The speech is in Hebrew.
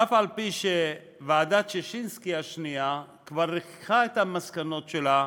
אף-על-פי שוועדת ששינסקי השנייה כבר ריככה את המסקנות שלה,